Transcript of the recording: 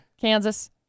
Kansas